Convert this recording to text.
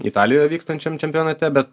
italijoje vykstančiam čempionate bet